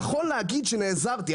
נכון להגיד שנעזרתי,